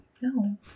No